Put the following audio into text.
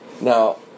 now